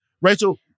Rachel